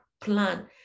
plan